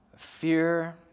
Fear